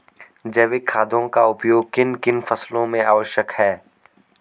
जैविक खादों का उपयोग किन किन फसलों में आवश्यक है?